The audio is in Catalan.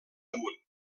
damunt